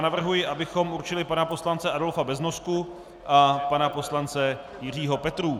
Navrhuji, abychom určili pana poslance Adolfa Beznosku a pana poslance Jiřího Petrů.